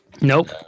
Nope